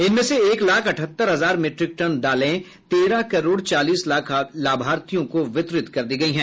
इनमें से एक लाख अठहत्तर हजार मिट्रिक टन दालें तेरह करोड चालीस लाख लाभार्थियों को वितरित कर दी गई है